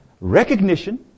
recognition